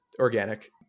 organic